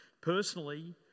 Personally